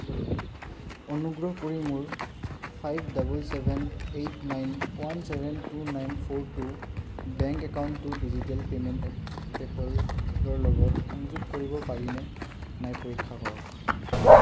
অনুগ্ৰহ কৰি মোৰ five double seven eight nine one seven two nine four two bank একাউণ্টটো ডিজিটেল পে'মেণ্ট এপ পে' পলৰ লগত সংযোগ কৰিব পাৰিনে নাই পৰীক্ষা কৰক